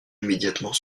immédiatement